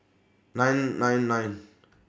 nine nine nine